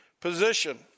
position